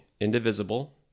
indivisible